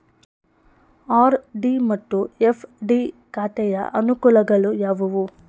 RD ಮತ್ತು FD ಖಾತೆಯ ಅನುಕೂಲಗಳು ಯಾವುವು?